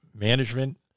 management